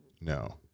No